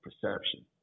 perception